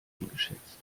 geschätzt